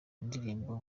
indirimbo